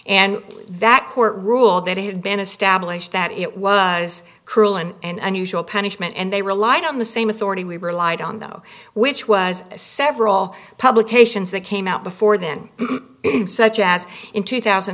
and that court ruled that it had been established that it was cruel and unusual punishment and they relied on the same authority we relied on though which was several publications that came out before then such as in two thousand